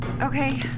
okay